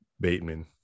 Bateman